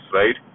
right